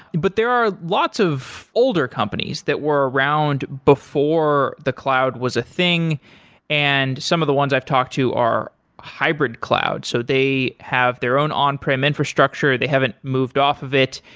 but there are lots of older companies that were around before the cloud was a thing and some of the ones i've talked to are hybrid cloud. so they have their own on-prem infrastructure. they haven't moved off of it,